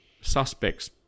suspect's